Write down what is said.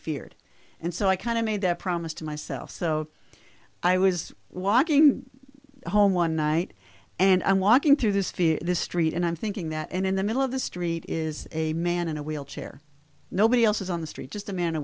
feared and so i kind of made that promise to myself so i was walking home one night and i'm walking through this fear this street and i'm thinking that and in the middle of the street is a man in a wheelchair nobody else is on the street just